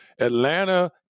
atlanta